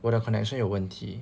我的 connection 有问题